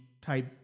type